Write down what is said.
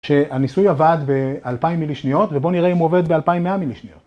‫שהניסוי עבד ב-2,000 מילישניות, ‫ובואו נראה אם עובד ב-2,100 מילישניות.